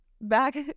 back